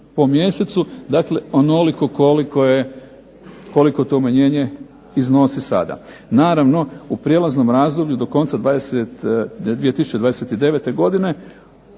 po mjesecu. Dakle, onoliko koliko to umanjenje iznosi sada. Naravno u prijelaznom razdoblju do konca 2029. godine